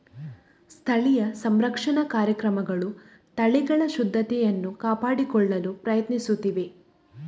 ಸ್ಥಳೀಯ ಸಂರಕ್ಷಣಾ ಕಾರ್ಯಕ್ರಮಗಳು ತಳಿಗಳ ಶುದ್ಧತೆಯನ್ನು ಕಾಪಾಡಿಕೊಳ್ಳಲು ಪ್ರಯತ್ನಿಸುತ್ತಿವೆ